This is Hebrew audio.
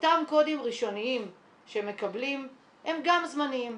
אותם קודים ראשוניים שמקבלים הם גם זמניים.